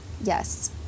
Yes